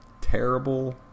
terrible